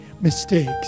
mistakes